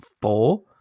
four